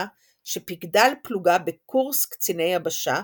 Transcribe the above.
שפיקדה על פלוגה בקורס קציני יבשה,